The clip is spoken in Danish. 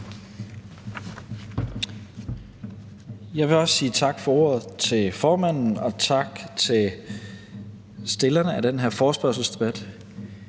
Jeg vil også sige tak til formanden for ordet og tak til stillerne af den her forespørgsel.